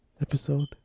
episode